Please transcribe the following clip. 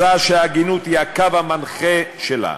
הצעה שההגינות היא הקו המנחה שלה.